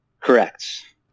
Correct